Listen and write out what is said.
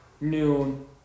noon